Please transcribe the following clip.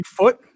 Bigfoot